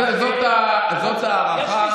זאת ההערכה.